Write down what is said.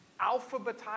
alphabetized